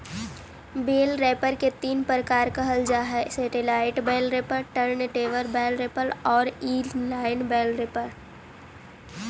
बेल wrapper के तीन प्रकार कहल जा हई satellite bale wrapper, turntable bale wrapper आउ इन लाइन बेल रैपर